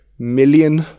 million